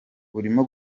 urimo